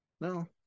No